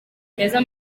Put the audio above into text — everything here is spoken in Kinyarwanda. meza